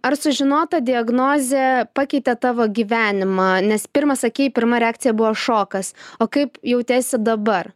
ar sužinota diagnozė pakeitė tavo gyvenimą nes pirma sakei pirma reakcija buvo šokas o kaip jautiesi dabar